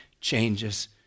changes